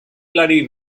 bloody